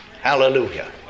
hallelujah